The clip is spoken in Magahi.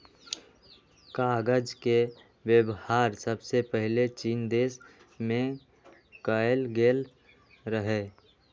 कागज के वेबहार सबसे पहिले चीन देश में कएल गेल रहइ